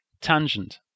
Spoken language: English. tangent